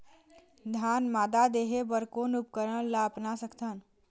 धान मादा देहे बर कोन उपकरण ला अपना सकथन?